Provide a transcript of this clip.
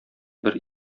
бер